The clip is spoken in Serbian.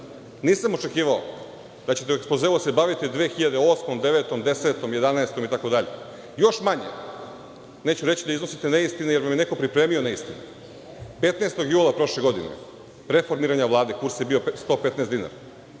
očekivao da ćete u ekspozeu bavite 2008, 2009, 2010, 2011. godinom, itd, još manje, neću reći da iznosite neistine jer vam je neko pripremio neistine. Petnaestog jula prošle godine pre formiranje Vlade, kurs je bio 115 dinara.